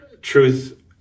truth